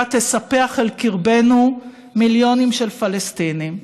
תספח אל קרבנו מיליונים של פלסטינים,